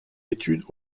études